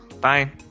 Bye